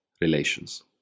relations